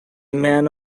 man